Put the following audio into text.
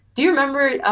do you remember,